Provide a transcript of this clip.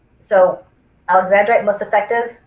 so alexandrite most effective,